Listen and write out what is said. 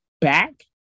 back